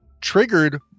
triggered